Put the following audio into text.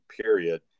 period